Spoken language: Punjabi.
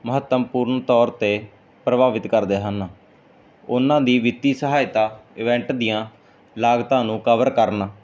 ਮਹੱਤਮਪੂਰਨ ਤੌਰ 'ਤੇ ਪ੍ਰਭਾਵਿਤ ਕਰਦੇ ਹਨ ਉਹਨਾਂ ਦੀ ਵਿੱਤੀ ਸਹਾਇਤਾ ਇਵੈਂਟ ਦੀਆਂ ਲਾਗਤਾਂ ਨੂੰ ਕਵਰ ਕਰਨ